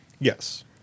Yes